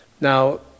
Now